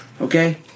Okay